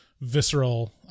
visceral